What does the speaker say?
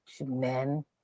men